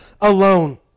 alone